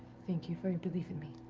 thank you for your belief in me.